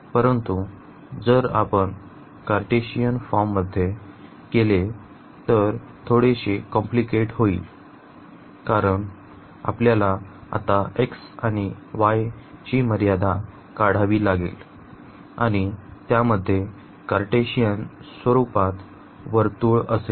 परंतु जर आपण कार्टेशियन फॉर्म मध्ये केले तर थोडेसे कॉम्प्लिकेट होईल कारण आपल्याला आता x आणि y ची मर्यादा काढावी लागेल आणि त्यामध्ये कार्टेशियन स्वरुपात वर्तुळ असेल